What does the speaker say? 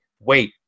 Wait